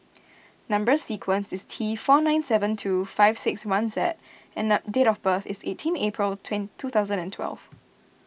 Number Sequence is T four nine seven two five six one Z and the date of birth is eighteen April twin two thousand and twelve